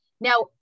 Now